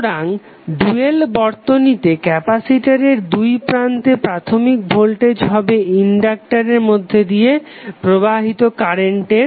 সুতরাং ডুয়াল বর্তনীতে ক্যাপাসিটরের দুই প্রান্তে প্রাথমিক ভোল্টেজ হবে ইনডাক্টারের মধ্যে দিয়ে প্রবাহিত প্রাথমিক কারেন্ট